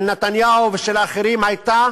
של נתניהו ושל אחרים הייתה